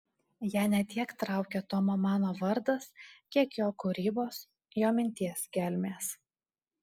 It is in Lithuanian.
ją ne tiek traukia tomo mano vardas kiek jo kūrybos jo minties gelmės